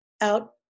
out